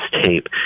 tape